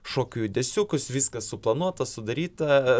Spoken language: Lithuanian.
šokių judesiukus viskas suplanuota sudaryta